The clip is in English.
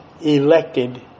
elected